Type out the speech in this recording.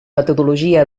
metodologia